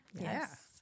Yes